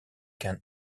kan